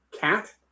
cat